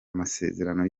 amasezerano